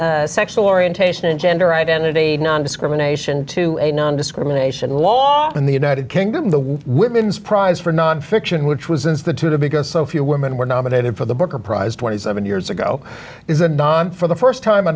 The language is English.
added sexual orientation and gender identity nondiscrimination to a nondiscrimination long in the united kingdom the women's prize for nonfiction which was instituted because so few women were nominated for the booker prize twenty seven years ago is anon for the first time a